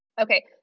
Okay